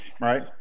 right